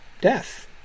death